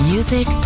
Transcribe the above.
Music